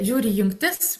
žiūri jungtis